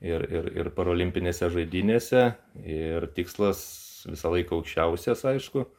ir ir ir parolimpinėse žaidynėse ir tikslas visą laiką aukščiausias aišku